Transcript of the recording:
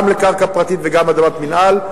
גם לקרקע פרטית וגם לאדמת מינהל,